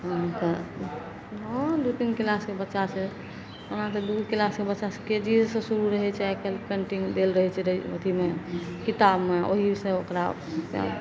हम तऽ हँ दू तीन क्लासके बच्चासँ ओना तऽ दू क्लासके बच्चासँ के जी येसँ शुरू रहय छै आइ काल्हि पेन्टिंग देल रहय छै रहय अथीमे किताबमे ओहीसँ ओकरासँ